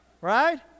right